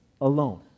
alone